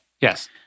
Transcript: Yes